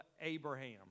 Abraham